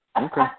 Okay